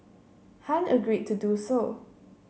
Han agreed to do so